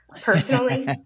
personally